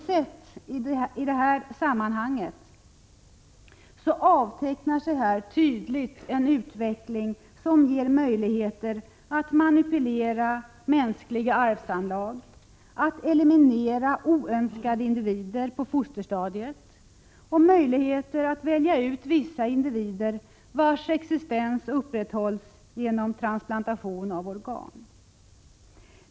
Sett i detta sammanhang avtecknar sig här tydligt en utveckling som ger möjligheter att manipulera mänskliga arvsanlag, att eliminera oönskade individer på fosterstadiet och möjligheter att välja ut vissa individer, vars existens upprätthålls genom transplantation av organ.